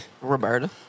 Roberta